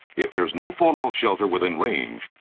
if there's no fallout shelter within range,